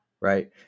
right